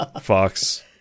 Fox